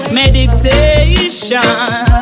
meditation